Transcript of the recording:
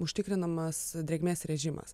užtikrinamas drėgmės režimas